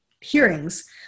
hearings